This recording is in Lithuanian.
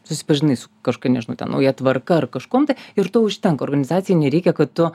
susipažinai su kažkokia nežinau ten nauja tvarka ar kažkuom tai ir to užtenka organizacijai nereikia kad tu